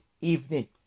evening